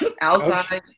outside